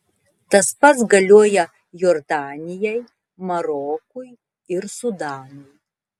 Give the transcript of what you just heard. tas pats galioja jordanijai marokui ir sudanui